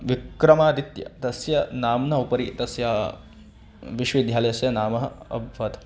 विक्रमादित्यः तस्य नाम्ना उपरि तस्य विश्वविद्यालयस्य नामः अभवत्